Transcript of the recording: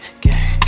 Gang